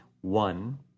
One